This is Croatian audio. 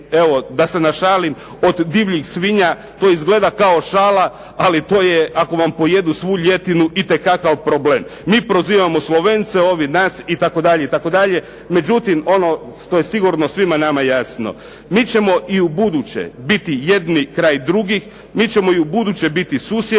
evo da se našalim, od divljih svinja. To izgleda kao šala, ali to je, ako vam pojedu svu ljetinu, itekakav problem. Mi prozivamo Slovence, oni nas itd., itd. Međutim, ono što je sigurno svima nama jasno, mi ćemo i ubuduće biti jedni kraj drugih, mi ćemo i ubuduće biti susjedi